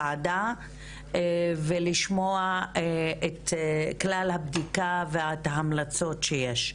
הוועדה ולשמוע את כלל הבדיקה ואת ההמלצות שיש.